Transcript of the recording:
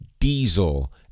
Diesel